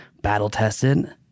battle-tested